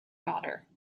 daughter